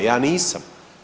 Ja nisam.